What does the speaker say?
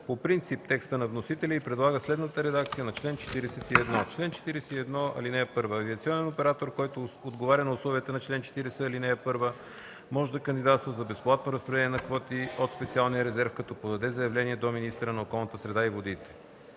по принцип текста на вносителя и предлага следната редакция на чл. 41: „Чл. 41. (1) Авиационен оператор, който отговаря на условията по чл. 40, ал. 1, може да кандидатства за безплатно разпределение на квоти от специалния резерв, като подаде заявление до министъра на околната среда и водите.